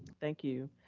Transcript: thank you.